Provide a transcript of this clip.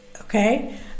Okay